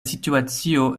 situacio